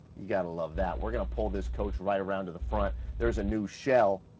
you gotta love that. we're gonna pull this coach right around to the front. there's a new shell.